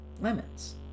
lemons